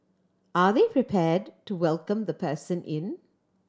are they prepared to welcome the in